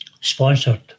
sponsored